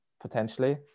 potentially